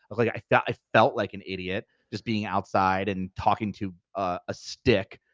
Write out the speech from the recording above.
like i felt i felt like an idiot just being outside and talking to a stick,